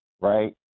right